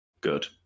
Good